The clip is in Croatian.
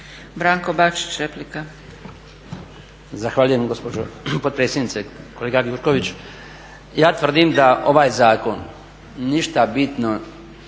Branko (HDZ)** Zahvaljujem gospođo potpredsjednice. Kolega Gjurković, ja tvrdim da ovaj zakon ništa bitno